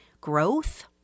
growth